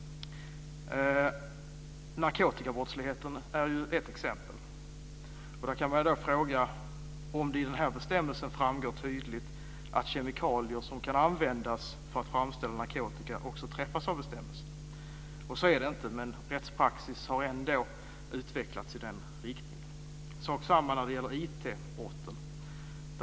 Narkotikabrottsligheten är ett exempel. Man kan då fråga sig om det i den här bestämmelsen framgår tydligt att kemikalier som kan användas för att framställa narkotika också träffas av bestämmelsen. Så är det inte, men rättspraxis har ändå utvecklats i den riktningen. Det är sak samma när det gäller IT-brotten.